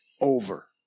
over